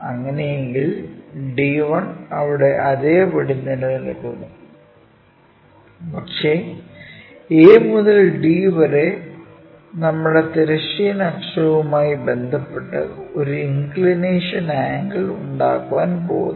അങ്ങനെയാണെങ്കിൽ d1 അവിടെ അതേപടി നിലനിൽക്കുന്നു പക്ഷേ a മുതൽ d വരെ നമ്മുടെ തിരശ്ചീന അക്ഷവുമായി ബന്ധപ്പെട്ട് ഒരു ഇൻക്ക്ളിനേഷൻ ആംഗിൾ ഉണ്ടാക്കാൻ പോകുന്നു